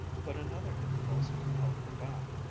but another impulse held her back.